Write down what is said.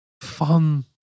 fun